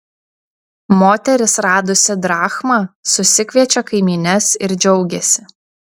moteris radusi drachmą susikviečia kaimynes ir džiaugiasi